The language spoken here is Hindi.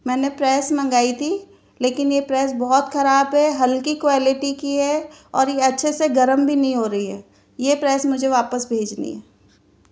मैंने प्रेस मंगाई थी लेकिन यह प्रेस बहुत खराब है हल्की क्वालिटी की है और यह अच्छे से गरम भी नहीं हो रही है यह प्रेस मुझे वापस भेजनी है